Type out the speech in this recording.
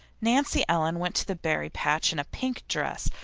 nancy ellen went to the berry patch in a pink dress,